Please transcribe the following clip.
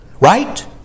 Right